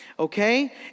Okay